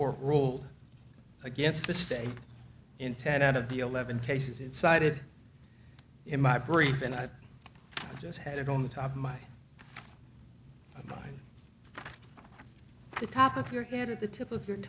court ruled against the state in ten out of the eleven cases it cited in my brief and i just had it on the top of my mind the top of your head at the tip of your